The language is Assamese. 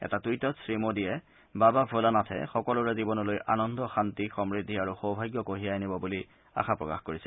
এটা টুইটত শ্ৰী মোদীয়ে বাবা ভোলানাথে সকলোৰে জীৱনলৈ আনন্দ শান্তি সমূদ্ধি আৰু সৌভাগ্য কঢ়িয়াই আনিব বুলি আশা প্ৰকাশ কৰিছে